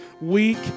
Weak